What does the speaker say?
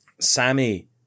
Sammy